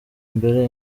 mbere